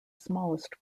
smallest